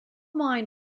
mine